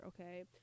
okay